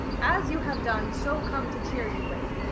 as you have done, so come to cheer you with,